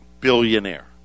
Billionaire